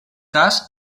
cas